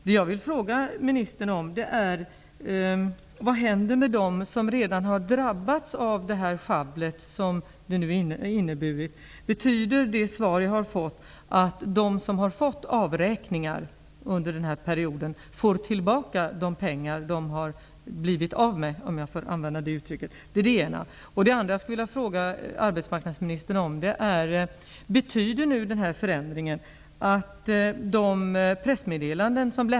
Det jag vill fråga ministern om är: Vad händer med dem som redan har drabbats av det sjabbel som detta har inneburit? Betyder ministerns svar att de som har fått avräkningar under den här perioden får tillbaka pengar som de har ''blivit av med''?